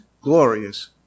glorious